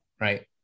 right